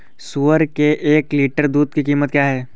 सुअर के एक लीटर दूध की कीमत क्या है?